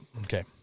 Okay